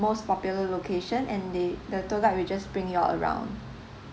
most popular location and they the tour guide will just bring you all around